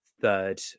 third